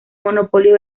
monopolio